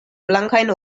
blankajn